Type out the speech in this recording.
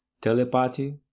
telepathy